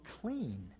clean